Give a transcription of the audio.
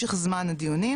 משך זמן הדיונים,